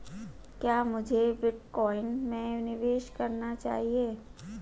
क्या मुझे बिटकॉइन में निवेश करना चाहिए?